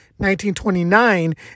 1929